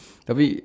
tapi